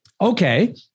Okay